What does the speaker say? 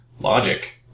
logic